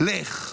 לך.